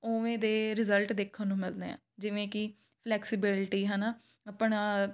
ਉਵੇਂ ਦੇ ਰਿਜ਼ਲਟ ਦੇਖਣ ਨੂੰ ਮਿਲਦੇ ਆ ਜਿਵੇਂ ਕਿ ਫਲੈਕਸੀਬਿਲਟੀ ਹੈ ਨਾ ਆਪਣਾ